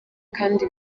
kandi